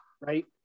right